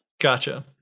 Gotcha